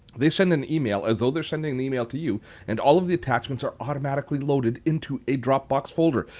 they send an email as though they're sending an email to you and all of the attachments are automatically loaded into a dropbox folder.